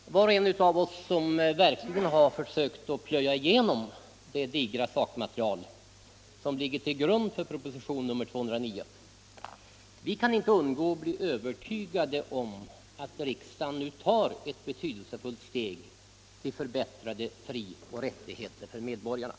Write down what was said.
Herr talman! Var och en av oss som verkligen försökt plöja igenom det digra sakmaterial som ligger till grund för propositionen 209 kan inte undgå att bli övertygad om att riksdagen nu tar ett betydelsefullt steg till förbättrade frioch rättigheter för medborgarna.